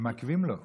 הם מעכבים, לא.